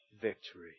Victory